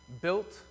built